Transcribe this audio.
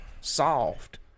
soft